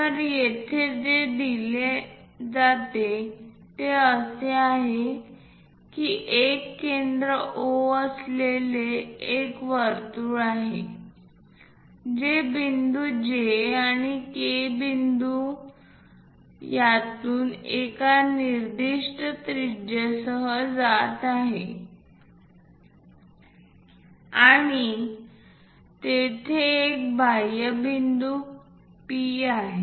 तर येथे जे दिले जाते ते असे आहे की एक केंद्र O असलेले एक वर्तुळ आहे जे बिंदू J आणि K बिंदूतून एका निर्दिष्ट त्रिज्यासह जात आहे आणि तेथे एक बाह्य बिंदू P आहे